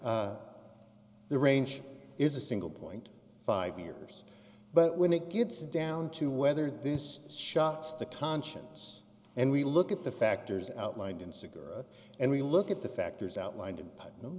the range is a single point five years but when it gets down to whether this shocks the conscience and we look at the factors outlined insecure and we look at the factors outlined